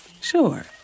Sure